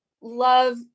love